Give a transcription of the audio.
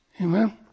Amen